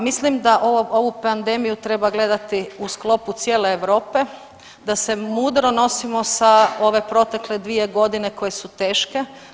Mislim da ovu pandemiju treba gledati u sklopu cijele Europe, da se mudro nosimo sa ove protekle 2 godine koje su teške.